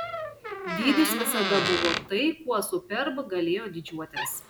dydis visada buvo tai kuo superb galėjo didžiuotis